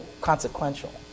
consequential